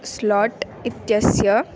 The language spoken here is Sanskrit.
स्लाट् इत्यस्य